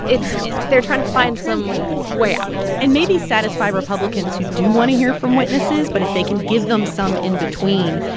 it's they're trying to find some way out and maybe satisfy republicans who do want to hear from witnesses, but if they can give them some in between,